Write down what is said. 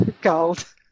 Gold